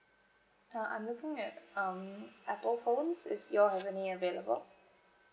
uh I'm looking at um Apple phones is you all have any available